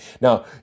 Now